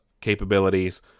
capabilities